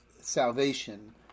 salvation